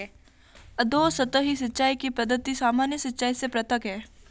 अधोसतही सिंचाई की पद्धति सामान्य सिंचाई से पृथक है